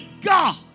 God